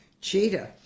Cheetah